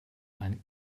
einen